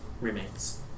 remains